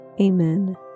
Amen